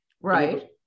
right